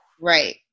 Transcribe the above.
Right